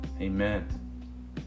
Amen